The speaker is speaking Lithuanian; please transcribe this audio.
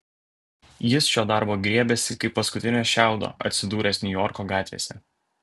jis šio darbo griebėsi kaip paskutinio šiaudo atsidūręs niujorko gatvėse